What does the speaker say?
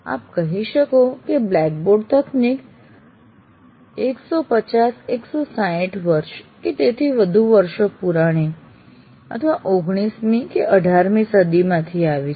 આપ કહી શકો કે બ્લેક બોર્ડ તકનીક 150 160 વર્ષ કે તેથી વધુ વર્ષો પુરાણી અથવા 19મી કે 18મી સદીમાંથી આવી છે